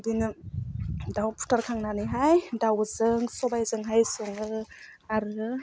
बिदिनो दाउ बुथारखांनानैहाय दाउजों सबाइजोंहाय सङो आरो